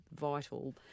vital